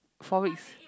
four weeks